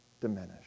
diminish